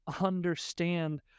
understand